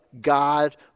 God